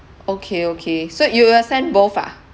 okay okay so you will send both ah